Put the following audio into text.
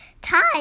time